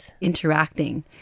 interacting